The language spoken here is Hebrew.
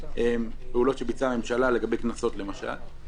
פעולות שביצעה הממשלה לגבי קנסות למשל.